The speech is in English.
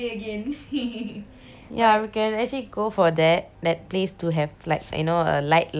ya we can actually go for that that place to have like you know a light lunch we don't have heavy lunch lah